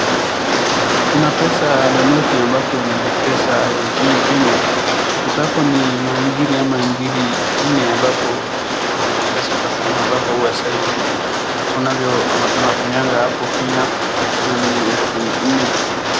Kuna pesa la noti ambapo ni pesa ya nchini Kenya. Sasa hapo ni mangiri ama ngiri nne ambapo ni pesa taslimu ambapo huwa saa hizi tunatumiaga hapo Kenya na ni elfu nne.